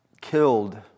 killed